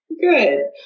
Good